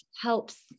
helps